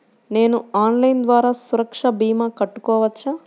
నేను ఆన్లైన్ ద్వారా సురక్ష భీమా కట్టుకోవచ్చా?